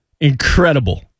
incredible